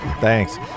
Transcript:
Thanks